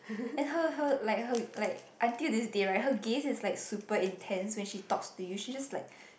and her her like her like until this day right her gaze is like super intense when she talks to you she just like